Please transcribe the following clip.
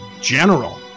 general